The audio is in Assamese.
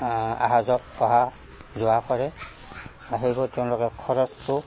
আহা যোৱা অহা যোৱা কৰে সেইবোৰ তেওঁলোকে খৰচটো